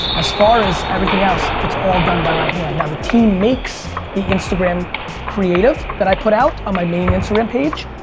as far as everything else, it's all done by my hand. now the team makes the instagram creative that i put out on my main instagram page.